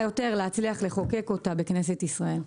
יותר להצליח לחוקק את הרפורמה הזאת בכנסת ישראל.